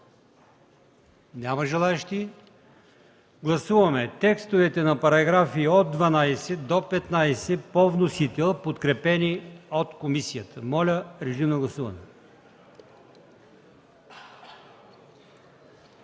Няма желаещи. Гласуваме текстовете на параграфи от 12 до 15 по вносител, подкрепени от комисията. Моля, гласувайте.